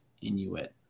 Inuit